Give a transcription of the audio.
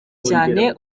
cyane